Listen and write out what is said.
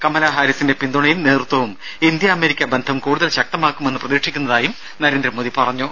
കമലാഹാരിസിന്റെ പിന്തുണയും നേതൃത്വവും India America ബന്ധം കൂടുതൽ ശക്തമാക്കുമെന്ന് പ്രതീക്ഷിക്കുന്നതായി നരേന്ദ്രമോദി പറഞ്ഞു